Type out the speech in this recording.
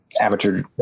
Amateur